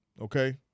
okay